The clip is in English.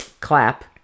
clap